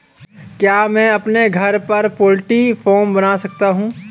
क्या मैं अपने घर पर पोल्ट्री फार्म बना सकता हूँ?